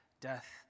death